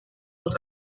els